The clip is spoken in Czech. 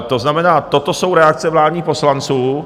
To znamená, toto jsou reakce vládních poslanců.